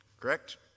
correct